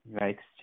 likes